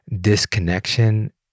disconnection